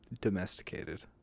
domesticated